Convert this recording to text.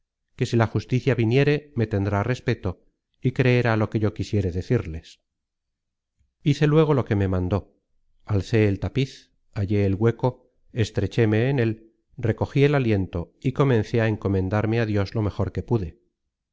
que si la justicia viniere me tendrá respeto y creerá lo que yo quisiere decirles hice luego lo que me mandó alcé el tapiz hallé el content from google book search generated at hueco estrechéme en él recogí el aliento y comencé á encomendarme á dios lo mejor que pude